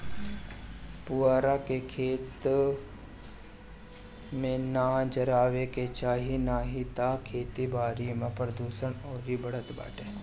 पुअरा के, खेत में ना जरावे के चाही नाही तअ खेती बारी में प्रदुषण अउरी बढ़त बाटे